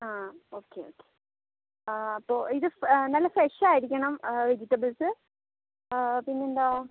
ആ okay okay ആ അപ്പോൾ ഇത് നല്ല ഫ്രഷ് ആയിരിക്കണം വെജിറ്റബിൾസ് പിന്നെയെന്താ